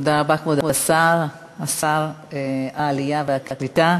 תודה רבה, כבוד שר העלייה והקליטה.